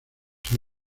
así